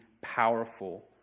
powerful